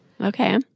okay